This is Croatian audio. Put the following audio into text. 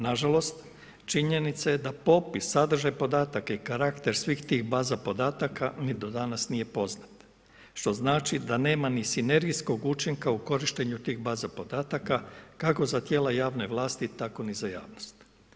Nažalost, činjenica je da popis, sadržaj podatak i karakter svih tih baza podataka mi do danas nije poznat, što znači da nema ni sinergijskog učinka u korištenju baze podataka kako za tijela javne vlasti tako ni za javnost.